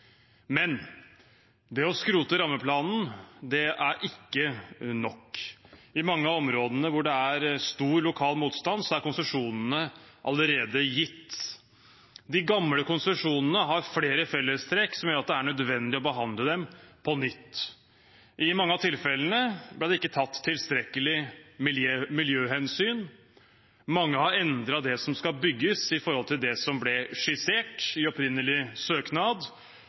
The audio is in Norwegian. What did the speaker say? Men det å skrote rammeplanen er ikke nok. I mange av områdene hvor det er stor lokal motstand, er konsesjonene allerede gitt. De gamle konsesjonene har flere fellestrekk som gjør at det er nødvendig å behandle dem på nytt. I mange av tilfellene ble det ikke tatt tilstrekkelige miljøhensyn. Mange har endret det som skal bygges, i forhold til det som ble skissert i opprinnelig søknad,